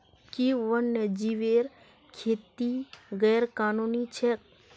कि वन्यजीवेर खेती गैर कानूनी छेक?